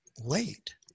wait